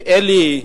אלי,